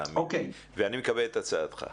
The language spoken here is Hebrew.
תאמין לי, ואני מקבל את הצעתך.